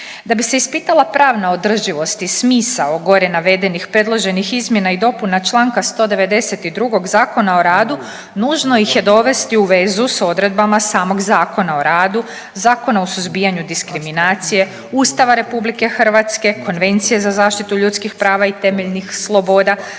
Da bi se ispitala pravna održivost i smisao gore navedenih predloženih izmjena i dopuna čl. 192. Zakona o radu nužno ih je dovesti u vezu s odredbama samog Zakona o radu, Zakona o suzbijanju diskriminacije, Ustava RH, Konvencije za zaštitu ljudskih prava i temeljnih sloboda,